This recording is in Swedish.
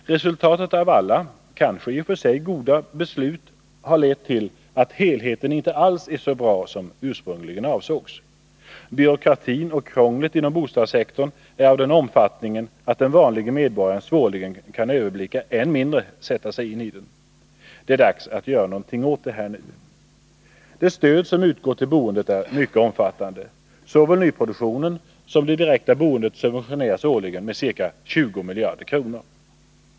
Resultatet av alla, kanske i och för sig goda, beslut har blivit att helheten inte alls är så bra som ursprungligen avsågs. Byråkratin och krånglet inom bostadssektorn är av den omfattningen att den vanlige medborgaren svårligen kan överblicka, än mindre sätta sig in i de regler som gäller. Det är dags att göra något åt detta nu. Det stöd som utgår till boendet är mycket omfattande. Såväl nyproduktionen som det direkta boendet subventioneras årligen med ca 20 miljarder kronor.